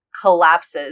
collapses